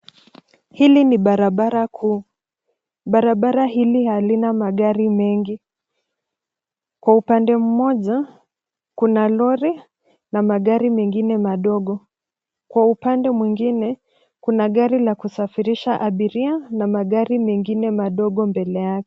Hili ni barabara kuu. Barabara hili halina magari mengi. Kwa upande mmoja kuna lori na magari mengine madogo. Kwa upande mwingine kuna gari la kusafirisha abiria na magari mengine madogo mbele yake.